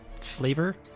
flavor